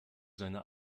seine